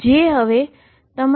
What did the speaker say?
જે 2πEh જેવુ જ છે